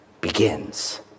begins